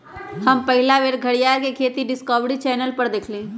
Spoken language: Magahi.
हम पहिल बेर घरीयार के खेती डिस्कवरी चैनल पर देखली